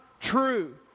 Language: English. true